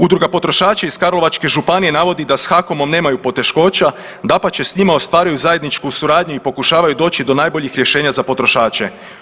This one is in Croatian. Udruga potrošača iz Karlovačke županije navodi da s HAKOM-om nemaju poteškoća dapače s njima ostvaruju zajedničku suradnju i pokušavaju doći do najboljih rješenja za potrošače.